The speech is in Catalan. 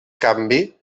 canvi